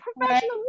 professional